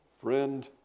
friend